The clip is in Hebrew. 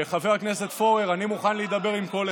חבר הכנסת פורר, אני מוכן להידבר עם כל אחד.